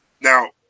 Now